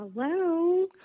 Hello